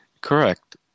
Correct